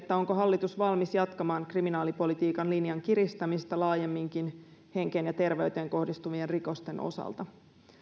onko hallitus valmis jatkamaan kriminaalipolitiikan linjan kiristämistä laajemminkin henkeen ja terveyteen kohdistuvien rikosten osalta